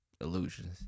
illusions